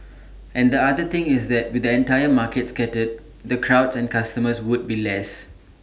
and the other thing is that with the entire market scattered the crowds and customers will be less